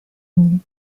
uni